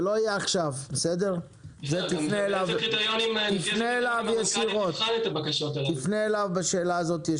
תפנה אליו ישירות עם השאלה הזאת,